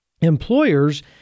employers